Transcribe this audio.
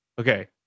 okay